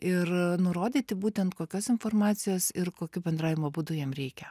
ir nurodyti būtent kokios informacijos ir kokiu bendravimo būdu jam reikia